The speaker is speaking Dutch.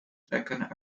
trekken